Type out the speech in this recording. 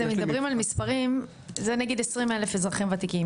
אתם מדברים על מספרים זה נגיד 20 אלף אזרחים וותיקים,